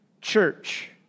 church